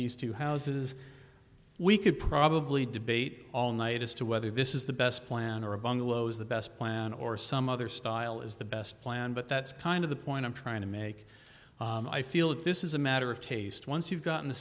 these two houses we could probably debate all night as to whether this is the best plan or a bungalows the best plan or some other style is the best plan but that's kind of the point i'm trying to make i feel that this is a matter of taste once you've gotten the